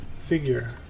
figure